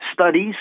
Studies